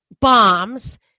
bombs